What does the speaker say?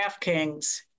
DraftKings